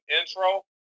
intro